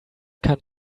kann